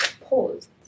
paused